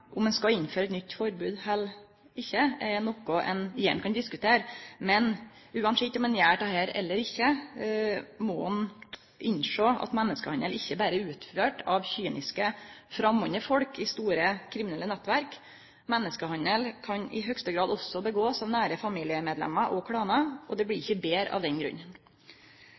Om ein skal innføre eit nytt forbod eller ikkje, er noko ein igjen kan diskutere. Uansett om ein gjer det eller ikkje, må ein innsjå at menneskehandel ikkje berre er utført av kyniske framande folk i store kriminelle nettverk. Menneskehandel kan i høgaste grad også bli utførd av familiemedlemmer og klanar, og det blir ikkje betre av den